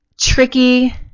tricky